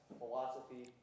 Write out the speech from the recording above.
philosophy